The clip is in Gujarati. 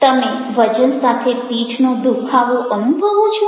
તમે વજન સાથે પીઠનો દુખાવો અનુભવો છો